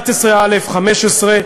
11א, 15,